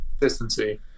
consistency